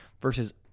versus